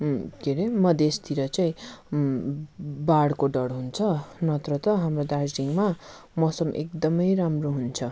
के हरे मधेसतिर चाहिँ बाढको डर हुन्छ नत्र त हाम्रो दार्जिलिङमा मौसम एकदमै राम्रो हुन्छ